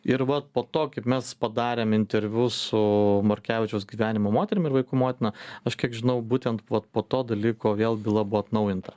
ir vat po to kaip mes padarėm interviu su morkevičiaus gyvenimo moterim ir vaikų motina aš kiek žinau būtent vat po to dalyko vėl byla buvo atnaujinta